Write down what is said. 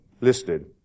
listed